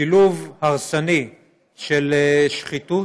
שילוב הרסני של שחיתות,